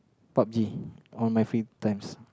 Pub-G on my free times